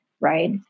right